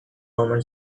roman